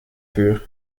pures